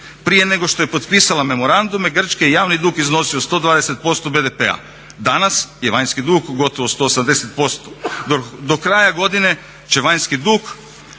Prije nego što je potpisala memorandume grčki je javni dug iznosio 120% BDP-a. Danas je vanjski dug gotovo 180%. Do kraja godine će vanjski dug